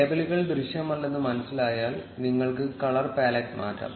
ലേബലുകൾ ദൃശ്യമല്ലെന്ന് മനസ്സിലായാൽ നിങ്ങൾക്ക് കളർ പാലറ്റ് മാറ്റാം